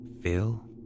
Phil